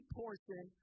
portion